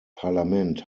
parlament